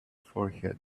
forehead